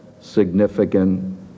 significant